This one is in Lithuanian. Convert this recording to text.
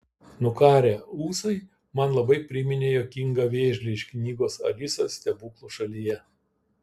nukarę ūsai man labai priminė juokingą vėžlį iš knygos alisa stebuklų šalyje